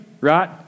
Right